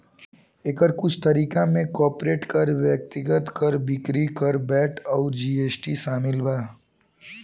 एकर कुछ तरीका में कॉर्पोरेट कर, व्यक्तिगत कर, बिक्री कर, वैट अउर जी.एस.टी शामिल बा